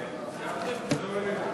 חוק איסור ניתוק